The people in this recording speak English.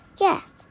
Yes